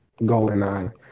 Goldeneye